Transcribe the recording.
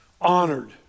honored